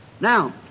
Now